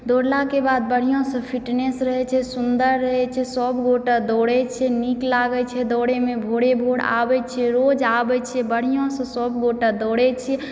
दौड़लाके बाद बढ़िआँसँ फिटनेस रहैत छै सुन्दर रहैत छै सभगोटा दौड़ैत छियै नीक लागैत छै दौड़यमे भोरे भोर आबैत छियै रोज आबैत छियै बढ़िआँसँ सभगोटे दौड़ैत छियै